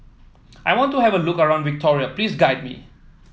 I want to have a look around Victoria please guide me